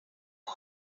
mom